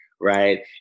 right